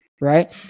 right